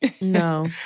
No